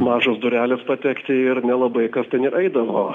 mažos durelės patekti ir nelabai kas ten eidavo